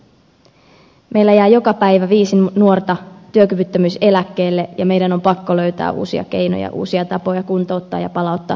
meillä jää joka päivä viisi nuorta työkyvyttömyyseläkkeelle ja meidän on pakko löytää uusia keinoja uusia tapoja kuntouttaa ja palauttaa toimintakykyä